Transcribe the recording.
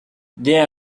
there